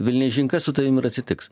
velniaižin kas su tavim ir atsitiks